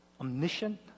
omniscient